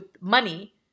money